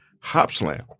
Hopslam